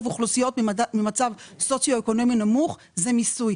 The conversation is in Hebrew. אוכלוסיות במצב סוציו אקונומי נמוך זה מיסוי.